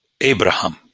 Abraham